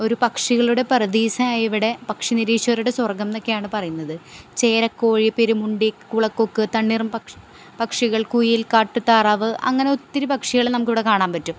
ഒരു പക്ഷികളുടെ പറുദീസയായി ഇവിടെ പക്ഷി നിരീക്ഷകരുടെ സ്വർഗ്ഗം എന്നൊക്കെയാണ് പറയുന്നത് ചോരക്കോഴി പെരുമുണ്ടി കുളക്കൊക്ക് തണ്ണീർപക്ഷി പക്ഷികൾ കുയിൽ കാട്ടുതാറാവ് അങ്ങനെ ഒത്തിരി പക്ഷികൾ നമുക്കിവടെ കാണാൻ പറ്റും